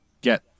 get